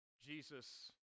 Jesus